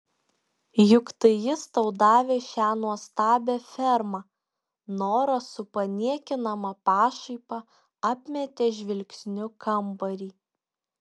juk tai jis tau davė šią nuostabią fermą nora su paniekinama pašaipa apmetė žvilgsniu kambarį